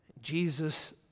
Jesus